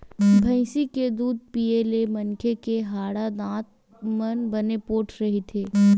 भइसी के दूद पीए ले मनखे के हाड़ा, दांत मन बने पोठ रहिथे